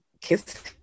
kiss